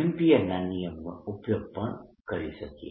એમ્પીયરના નિયમનો ઉપયોગ પણ કરી શકીએ